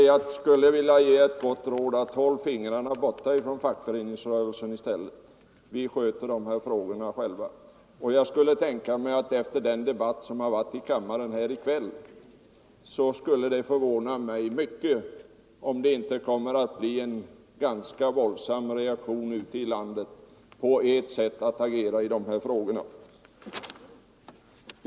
Jag skulle vilja ge er ett gott råd: Håll fingrarna borta från fackföreningsrörelsen — vi sköter de här frågorna själva! Efter den debatt som förts här i kammaren i kväll skulle det förvåna mig mycket om det inte blev en ganska våldsam reaktion ute i landet på ert sätt att agera i dessa frågor.